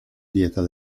dieta